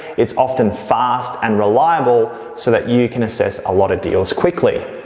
it's often fast and reliable so that you can assess a lot of deals quickly.